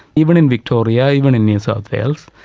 even in victoria, even in new south wales.